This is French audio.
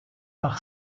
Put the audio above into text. par